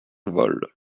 vol